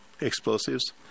explosives